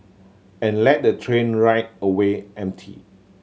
and let the train ride away empty